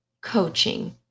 coaching